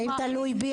אם זה היה תלוי בי,